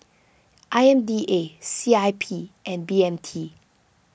I M D A C I P and B M T